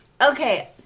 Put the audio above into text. Okay